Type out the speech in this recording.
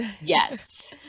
Yes